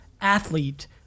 athlete